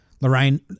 Lorraine